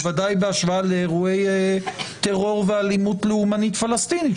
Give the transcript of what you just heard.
בוודאי בהשוואה לאירועי טרור ואלימות לאומנית פלסטינית,